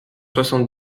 soixante